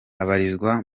abarizwa